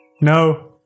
No